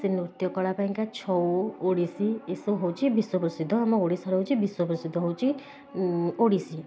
ସେ ନୃତ୍ୟକଳା ପାଇଁକା ଛଉ ଓଡ଼ିଶୀ ଏସବୁ ହେଉଛି ବିଶ୍ଵ ପ୍ରସିଦ୍ଧ ଆମ ଓଡ଼ିଶାର ହେଉଛି ବିଶ୍ଵ ପ୍ରସିଦ୍ଧ ହେଉଛି ଓଡ଼ିଶୀ